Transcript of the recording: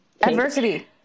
adversity